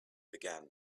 began